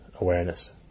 awareness